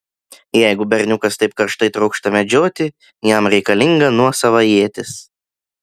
jeigu berniukas taip karštai trokšta medžioti jam reikalinga nuosava ietis